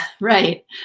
Right